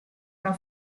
una